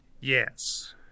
Yes